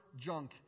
junk